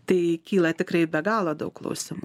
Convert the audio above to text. tai kyla tikrai be galo daug klausimų